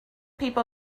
people